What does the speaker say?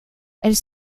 elles